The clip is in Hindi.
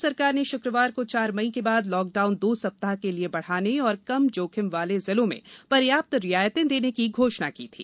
केन्द्र सरकार ने श्क्रवार को चार मई के बाद लॉकडाउन दो सप्ताह के लिए बढाने और कम जोखिम वाले जिलों में पर्याप्त रियायतें देने की घोषणा की थी